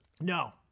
No